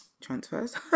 transfers